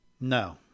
No